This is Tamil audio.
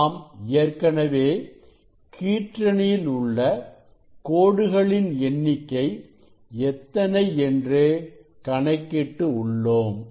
நாம் ஏற்கனவே கீற்றணியில் உள்ள கோடுகளின் எண்ணிக்கை எத்தனை என்று கணக்கிட்டு உள்ளோம்